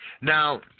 Now